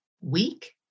Week